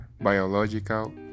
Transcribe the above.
biological